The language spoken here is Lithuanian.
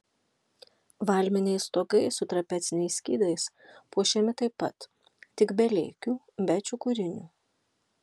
valminiai stogai su trapeciniais skydais puošiami taip pat tik be lėkių be čiukurinių